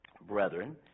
brethren